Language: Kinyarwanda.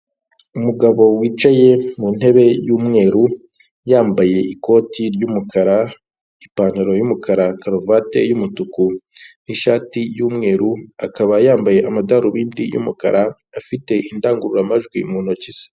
Umugabo wicaye mu ntebe yumweru yambaye ikoti ry'umukara, ipantaro y'umukara, karuvati y'umutuku n'ishati y'umweru, akaba yambaye amadarubindi y'umukara afite indangururamajwi mu ntoki ze.